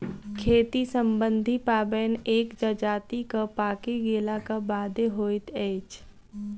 खेती सम्बन्धी पाबैन एक जजातिक पाकि गेलाक बादे होइत अछि